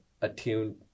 attuned